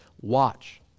watch